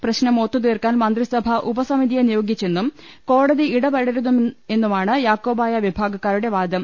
പ്രശ്നം ഒത്തുതീർക്കാൻ മന്ത്രിസഭ ഉപസമിതിയെ നിയോഗിച്ചെന്നും കോടതി ഇടപെടരുതെന്നുമാണ് യാക്കോ ബായ വിഭാഗക്കാരുടെ വാദം